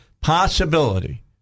possibility